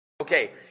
Okay